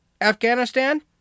Afghanistan